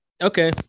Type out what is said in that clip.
Okay